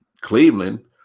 Cleveland